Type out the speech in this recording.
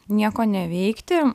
nieko neveikti